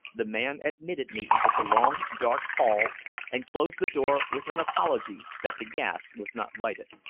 the man admitted me into the long, dark hall and closed the door with an apology that the gas was not lighted.